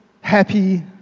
happy